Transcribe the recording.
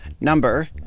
number